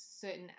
certain